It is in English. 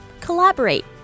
collaborate